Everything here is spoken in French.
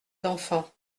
d’enfants